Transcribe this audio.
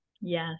Yes